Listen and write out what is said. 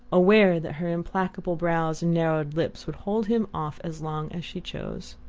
aware that her implacable brows and narrowed lips would hold him off as long as she chose.